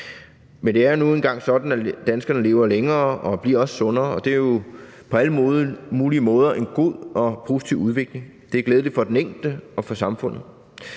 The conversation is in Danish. Men det er nu engang sådan, at danskerne lever længere og også bliver sundere, og det er jo på alle mulige måder en god og positiv udvikling. Det er glædeligt for den enkelte og for samfundet.